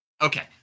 Okay